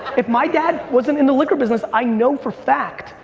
if my dad wasn't in the liquor business, i know, for fact,